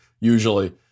usually